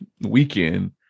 weekend